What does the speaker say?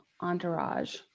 Entourage